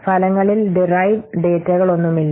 ഫലങ്ങളിൽ ഡിറായിവ് ഡാറ്റകളൊന്നുമില്ല